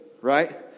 right